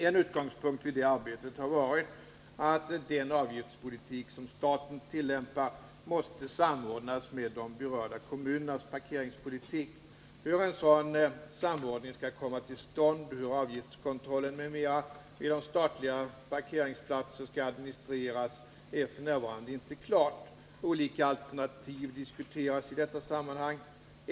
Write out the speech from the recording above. En utgångspunkt vid detta arbete har varit att den avgiftspolitik som staten tillämpar måste samordnas med de berörda kommunernas parkeringspolitik. Hur en sådan samordning skall komma till stånd och hur avgiftskontrollen m.m. vid statliga parkeringsplatser skall administreras är f. n. inte klart. Olika alternativ diskuteras i detta sammanhang.